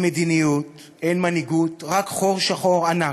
אין מדיניות, אין מנהיגות, רק חור שחור ענק.